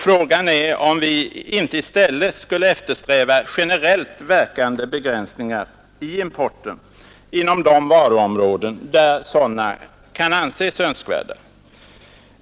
Frågan är om vi inte i stället skulle eftersträva generellt verkande begränsningar av importen inom de varuområden där sådana kan anses önskvärda.